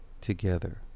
together